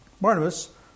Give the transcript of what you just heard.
Barnabas